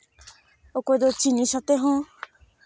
ᱚᱠᱚᱭ ᱫᱚ ᱪᱤᱱᱤ ᱥᱟᱛᱮᱜ ᱦᱚᱸ